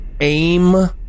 aim